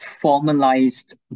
formalized